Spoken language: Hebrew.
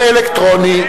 נתקבלה.